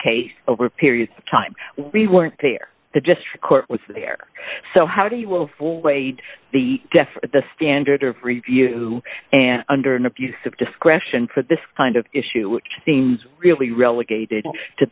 case over a period of time we weren't there the just court was there so how do you will full weight the death the standard of review and under an abuse of discretion for this kind of issue which seems really relegated to